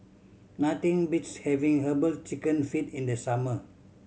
nothing beats having Herbal Chicken Feet in the summer